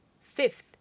Fifth